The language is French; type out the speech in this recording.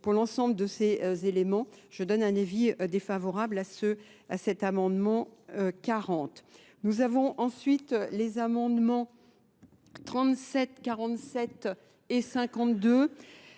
Pour l'ensemble de ces éléments je donne un avis défavorable à cet amendement 40. Nous avons ensuite les amendements 37, 47 et 52,